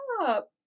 Stop